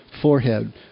forehead